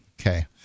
Okay